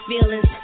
feelings